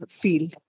field